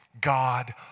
God